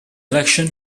election